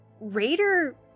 Raider